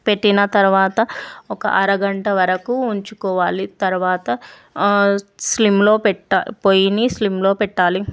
పెట్టినతర్వాత ఒక అరగంటవరకు ఉంచుకోవాలి తర్వాత ఆ సిమ్లో పెట్టాల పొయ్యిని సిమ్లో పెట్టాలి